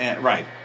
right